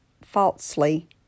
falsely